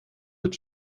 wird